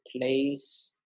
place